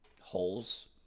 Holes